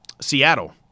Seattle